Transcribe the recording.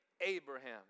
Abraham